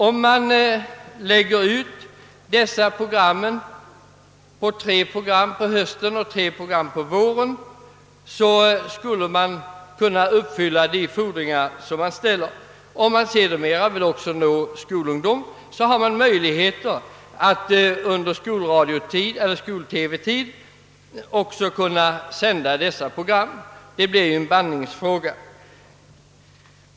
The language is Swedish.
Om man sände tre program på hösten och tre på våren skulle man kunna nå den rätta publiken. Vill man sedermera nå även skolungdom så har man möjlighet att sända dessa program också under skol-TV-tid. Det är en bandningsfråga.